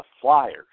Flyers